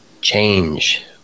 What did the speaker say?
change